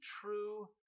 true